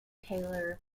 taylor